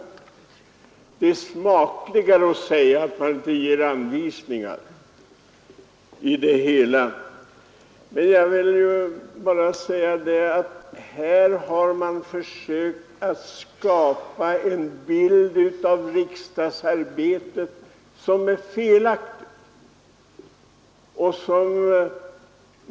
Men det är smakligare att säga att man inte ger anvisningar. Här har man försökt skapa en bild av riksdagsarbetet som är felaktig.